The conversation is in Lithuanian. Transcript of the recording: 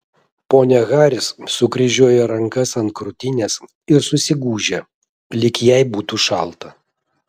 ponia haris sukryžiuoja rankas ant krūtinės ir susigūžia lyg jai būtų šalta